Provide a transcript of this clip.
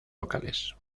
locales